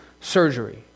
surgery